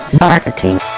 marketing